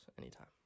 anytime